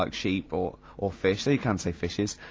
like sheep or, or fish, though you can say fishes.